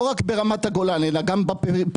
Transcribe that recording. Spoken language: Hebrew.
לא רק ברמת הגולן אלא גם בפריפריה,